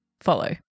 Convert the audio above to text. follow